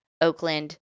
Oakland